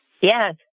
Yes